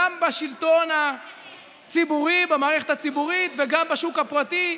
גם בשלטון הציבורי במערכת הציבורית וגם בשוק הפרטי,